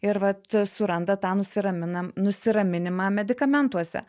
ir vat suranda tą nusiraminam nusiraminimą medikamentuose